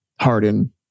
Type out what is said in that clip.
Harden